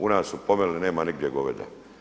U nas su pomeli nema nigde goveda.